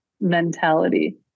mentality